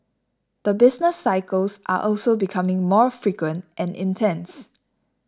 the business cycles are also becoming more frequent and intense